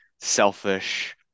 selfish